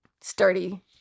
sturdy